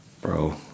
Bro